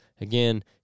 again